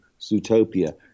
Zootopia